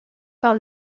par